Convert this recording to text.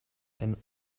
ein